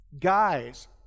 guys